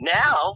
now